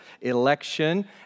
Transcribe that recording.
election